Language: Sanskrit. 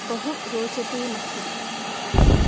बहु रोचते मह्यम्